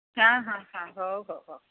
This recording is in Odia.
ହଁ ହଁ ହଁ ହଉ ହଉ ହଉ